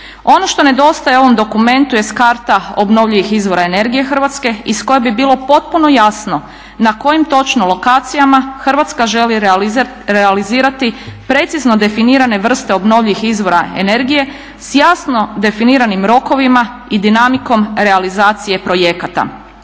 Ono što nedostaje ovom dokumentu jest karta obnovljivih izvora energije Hrvatske iz koje bi bilo potpuno jasno na kojim točno lokacijama Hrvatska želi realizirati precizno definirane vrste obnovljivih izvora energije s jasno definiranim rokovima i dinamikom realizacije projekata.